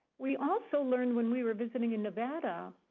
we also learned, when we were visiting in nevada,